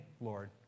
Lord